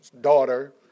daughter